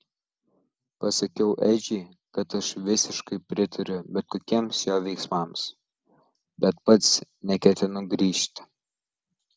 pasakiau edžiui kad aš visiškai pritariu bet kokiems jo veiksmams bet pats neketinu grįžti